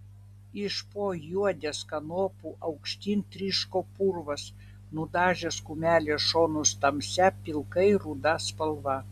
iš po juodės kanopų aukštyn tryško purvas nudažęs kumelės šonus tamsia pilkai ruda spalva